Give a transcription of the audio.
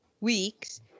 weeks